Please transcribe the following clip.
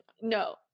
no